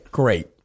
great